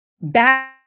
back